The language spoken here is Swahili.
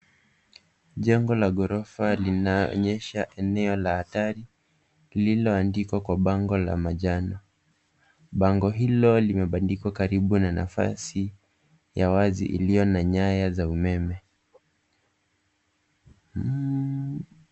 Jengo la ghorofa linaonyesha eneo la tajiri lililo na bango la rangi ya manjano. Bango hilo limebandikwa karibu na nafasi ya wazi, ambapo nyaya za umeme zinaonekana